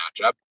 matchup